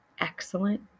excellent